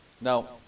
Now